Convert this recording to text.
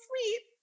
sweet